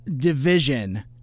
Division